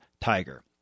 tiger